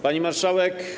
Pani Marszałek!